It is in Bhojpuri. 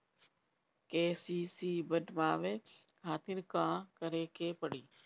के.सी.सी बनवावे खातिर का करे के पड़ी?